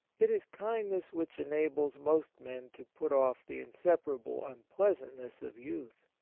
it is kind ness which enables most men to put off the inseparable unpleasantness of youth.